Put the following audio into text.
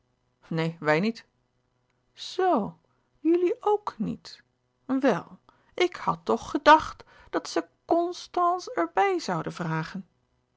neen wij niet zo jullie ok niet wèl ik had toch gedàcht dat ze cnstance er bij zouden vragen